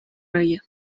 риє